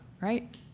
Right